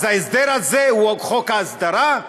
אז ההסדר הזה הוא חוק ההסדרה?